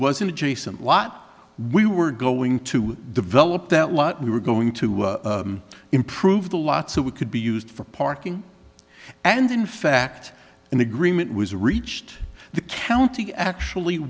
an adjacent lot we were going to develop that what we were going to improve the lot so we could be used for parking and in fact an agreement was reached the county actually